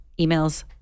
emails